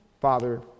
Father